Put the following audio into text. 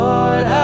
Lord